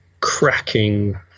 cracking